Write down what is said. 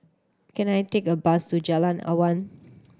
can I take a bus to Jalan Awan